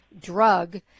drug